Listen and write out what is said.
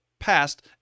passed